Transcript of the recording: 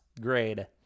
grade